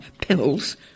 pills